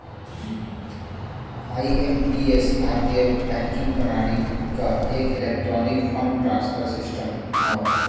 IMPS भारतीय banking प्रणाली क एक इलेक्ट्रॉनिक फंड ट्रांसफर सिस्टम हौ